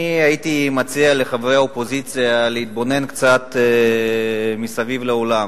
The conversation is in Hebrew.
אני הייתי מציע לחברי האופוזיציה להתבונן קצת מסביב לאולם,